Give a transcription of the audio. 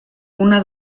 una